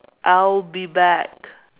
I'll be back